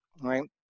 right